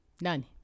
None